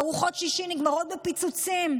ארוחות שישי נגמרות בפיצוצים.